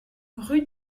rue